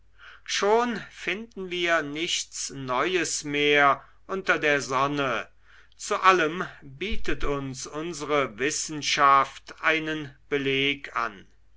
schon finden wir nichts neues mehr unter der sonne zu allem bietet uns unsere wissenschaft einen beleg an